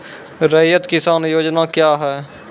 रैयत किसान योजना क्या हैं?